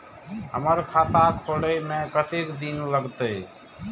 हमर खाता खोले में कतेक दिन लगते?